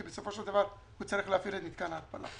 בסופו של דבר הוא צריך להפעיל את מתקן ההתפלה.